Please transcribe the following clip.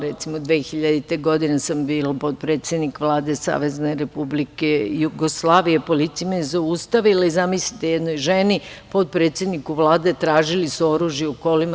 Recimo, 2000. godine sam bila potpredsednik Vlade Savezne Republike Jugoslavije, policija me je zaustavila i, zamislite, jednoj ženi, potpredsedniku Vlade, tražili su oružje u kolima.